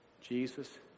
Jesus